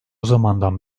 zamandan